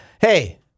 hey